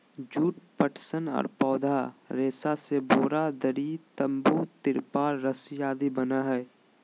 जुट, पटसन आर पौधा रेशा से बोरा, दरी, तंबू, तिरपाल रस्सी आदि बनय हई